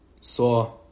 saw